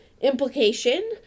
implication